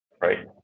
right